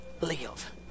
live